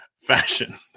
fashion